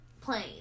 plane